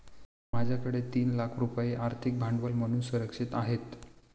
माझ्याकडे तीन लाख रुपये आर्थिक भांडवल म्हणून सुरक्षित आहेत